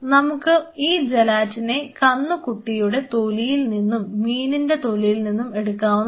നമുക്ക് ഈ ജലാറ്റിനെ കന്നു കുട്ടിയുടെ തൊലിയിൽ നിന്നും മീനിൻറെ തൊലിയിൽ നിന്നും എടുക്കാവുന്നതാണ്